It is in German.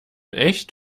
echt